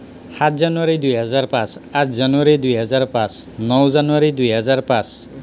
সাত জানুৱাৰী দুহেজাৰ পাঁচ আঠ জানুৱাৰী দুহেজাৰ পাঁচ ন জানুৱাৰী দুহেজাৰ পাঁচ